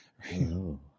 Hello